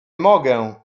mogę